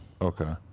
Okay